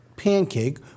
pancake